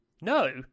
No